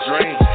dream